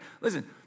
Listen